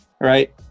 right